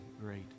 great